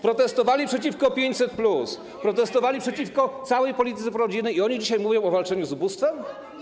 Protestowali przeciwko 500+, protestowali przeciwko całej polityce prorodzinnej i oni dzisiaj mówią o walce z ubóstwem?